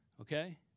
Okay